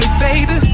baby